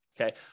Okay